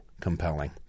compelling